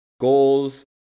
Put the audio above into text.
goals